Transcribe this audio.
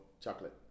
chocolate